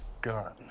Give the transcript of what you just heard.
gun